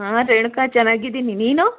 ಹಾಂ ರೇಣುಕಾ ಚೆನ್ನಾಗಿದ್ದೀನಿ ನೀನು